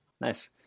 nice